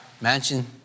mansion